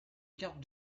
carte